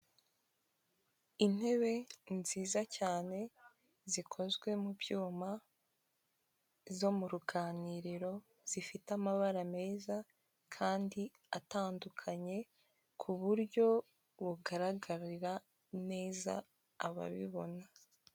Intebe nziza cyane zikozwe mu byuma zo mu ruganiriro zifite amabara meza kandi atandukanye ku buryo bugaragarira neza ababibona.